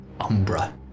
umbra